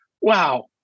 wow